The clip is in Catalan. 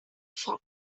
foc